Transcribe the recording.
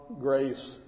grace